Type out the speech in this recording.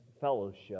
fellowship